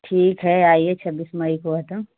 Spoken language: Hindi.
ठीक है आइए छब्बीस मई को है तो